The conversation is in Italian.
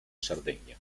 sardegna